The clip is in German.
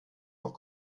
auch